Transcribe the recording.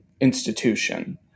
institution